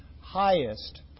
highest